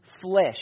flesh